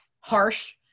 harsh